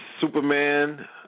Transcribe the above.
Superman